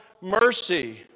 mercy